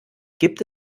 gibt